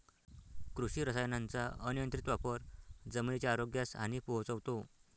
कृषी रसायनांचा अनियंत्रित वापर जमिनीच्या आरोग्यास हानी पोहोचवतो